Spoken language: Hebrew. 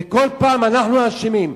וכל פעם אנחנו אשמים.